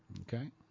Okay